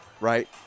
right